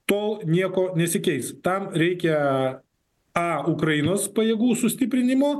tol nieko nesikeis tam reikia a ukrainos pajėgų sustiprinimo